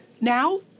Now